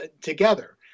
together